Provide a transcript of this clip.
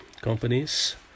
companies